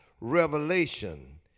revelation